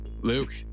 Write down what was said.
Luke